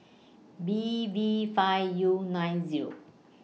B V five U nine Zero